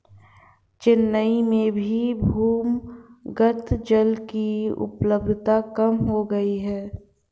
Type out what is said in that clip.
चेन्नई में भी भूमिगत जल की उपलब्धता कम हो गई है